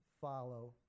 follow